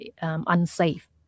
unsafe